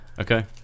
Okay